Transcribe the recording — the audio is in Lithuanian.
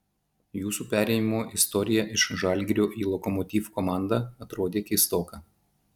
jūsų perėjimo istorija iš žalgirio į lokomotiv komandą atrodė keistoka